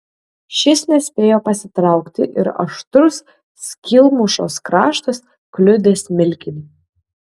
šis nespėjo pasitraukti ir aštrus skylmušos kraštas kliudė smilkinį